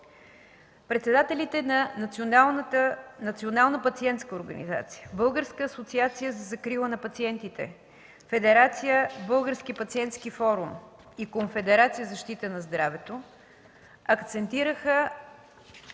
Председателите на Националната пациентска организация, Българската асоциация за закрила на пациентите, Федерацията „Български пациентски форум” и Конфедерацията „Защита на здравето” акцентираха